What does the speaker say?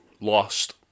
Lost